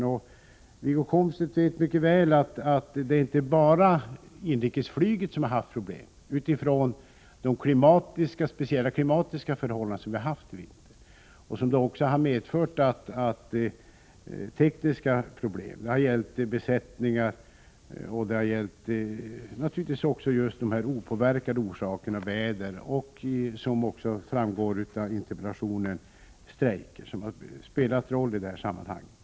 Wiggo Komstedt vet mycket väl att det inte bara är inrikesflyget som har haft problem på grund av de speciella klimatförhållanden som har rått i vinter och som har medfört tekniska problem — t.ex. när det gäller besättningarna. Naturligtvis finns det också sådant som man inte kan påverka, exempelvis vädret och — som framgår av interpellationen — strejker. Allt detta har spelat en viss roll i sammanhanget.